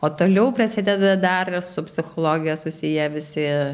o toliau prasideda darbas su psichologija susiję visi